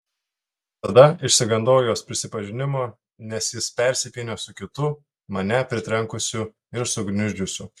tada išsigandau jos prisipažinimo nes jis persipynė su kitu mane pritrenkusiu ir sugniuždžiusiu